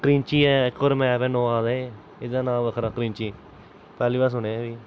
क्रिंचियै इक होर मैप ऐ नुआदे एह्दा नांऽ बक्खरा क्रिंचिय पैह्ली बार सुनेआ एह् बी